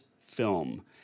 Film